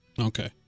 Okay